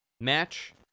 match